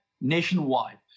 nationwide